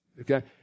okay